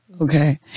Okay